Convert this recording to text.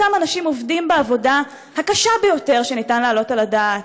אותם אנשים עובדים בעבודה הקשה ביותר שניתן להעלות על הדעת.